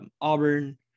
Auburn